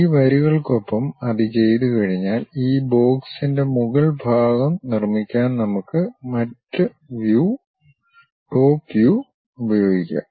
ഈ വരികൾക്കൊപ്പം അത് ചെയ്തുകഴിഞ്ഞാൽ ഈ ബോക്സിന്റെ മുകൾഭാഗം നിർമ്മിക്കാൻ നമുക്ക് മറ്റ് വ്യൂ ടോപ്പ് വ്യൂ ഉപയോഗിക്കാം